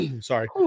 Sorry